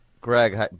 Greg